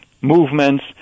movements